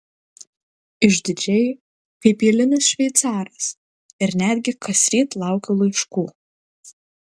išdidžiai kaip eilinis šveicaras ir netgi kasryt laukiu laiškų